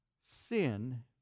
sin